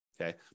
okay